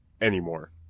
anymore